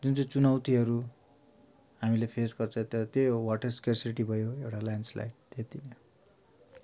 जुन चाहिँ चुनौतीहरू हामीले फेस गर्छ त त्यही हो वाटर स्कारसिटी भयो एउटा लेन्डस्लाइड त्यति नै हो